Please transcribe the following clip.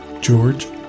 George